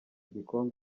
igihembo